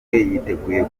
yiteguye